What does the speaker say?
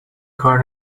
کار